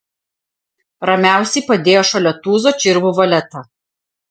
ramiausiai padėjo šalia tūzo čirvų valetą